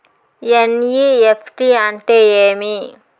NEFT అంటే ఏమి